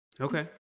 Okay